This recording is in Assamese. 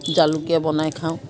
জালুকেৰে বনাই খাওঁ